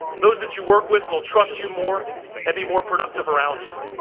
those that you work with will trust you more and be more productive around you.